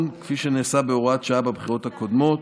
כפי שנעשה בהוראת שעה בבחירות הקודמות.